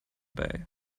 bay